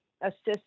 assist